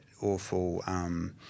awful